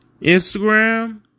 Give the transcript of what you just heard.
Instagram